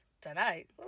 tonight